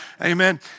Amen